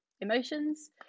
emotions